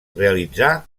realitzà